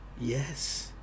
Yes